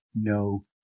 no